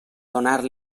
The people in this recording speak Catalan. donar